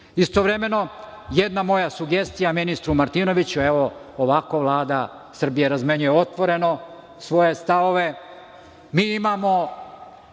gradovima. Jedna moja sugestija ministru Martinoviću. Evo, ovako Vlada Srbije razmenjuje otvoreno svoje stavove. Mi imamo